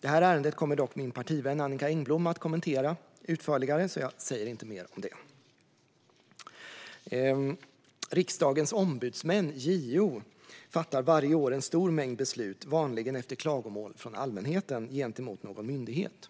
Detta ärende kommer dock min partivän Annicka Engblom att kommentera utförligare, så jag säger inte mer om det. Riksdagens ombudsmän, JO, fattar varje år en stor mängd beslut, vanligen efter klagomål från allmänheten gentemot någon myndighet.